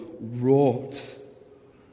wrought